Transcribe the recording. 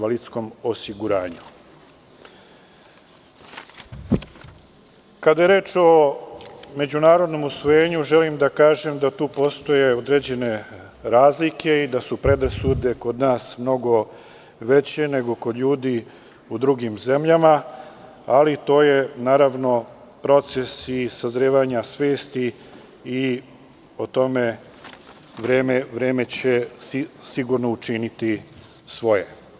Kada je reč o međunarodnom usvojenju, želim da kažem da tu postoje određene razlike i da su predrasude kod nas mnogo veće nego kod ljudi u drugim zemljama, ali to je proces sazrevanja svesti i o tome će vreme učiniti svoje.